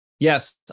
Yes